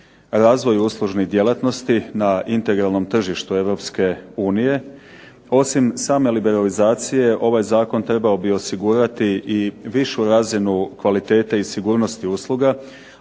razvoju uslužnih djelatnosti na integralnom tržištu Europske unije, osim same liberalizacije ovaj zakon trebao bi osigurati i višu razinu kvalitete i sigurnosti usluga,